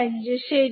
5 ശരി